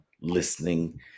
listening